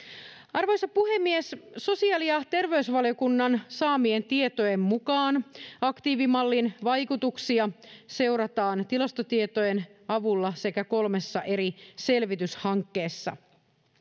arvoisa puhemies sosiaali ja terveysvaliokunnan saamien tietojen mukaan aktiivimallin vaikutuksia seurataan tilastotietojen avulla sekä kolmessa eri selvityshankkeessa